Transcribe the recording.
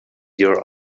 your